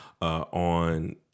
on